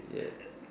ya